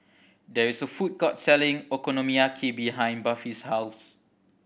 there is a food court selling Okonomiyaki behind Buffy's house